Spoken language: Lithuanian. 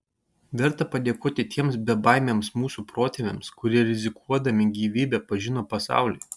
verta padėkoti tiems bebaimiams mūsų protėviams kurie rizikuodami gyvybe pažino pasaulį